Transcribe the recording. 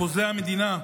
חוזה המדינה,